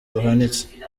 buhanitse